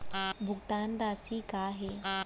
भुगतान राशि का हे?